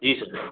जी sir